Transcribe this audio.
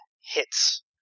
hits